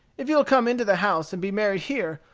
if you'll come into the house and be married here,